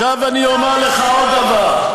עכשיו אני אומר לך עוד דבר.